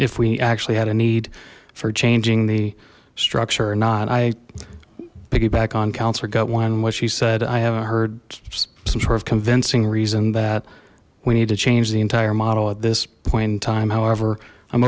if we actually had a need for changing the structure or not i piggyback on councilor gut one what she said i haven't heard some sort of convincing reason that we need to change the entire model at this point in time however i'm